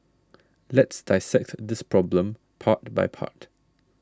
let's dissect this problem part by part